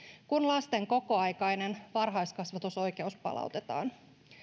kun lasten kokoaikainen varhaiskasvatusoikeus palautetaan